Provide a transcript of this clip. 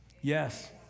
yes